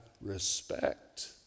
respect